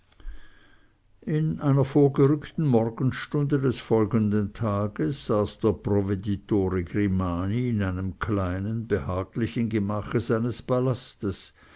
in einer vorgerückten morgenstunde des folgenden tages saß der provveditore grimani in einem kleinen behaglichen gemache seines palastes